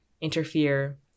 interfere